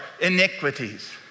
iniquities